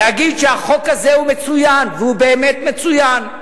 להגיד שהחוק הזה הוא מצוין, והוא באמת מצוין,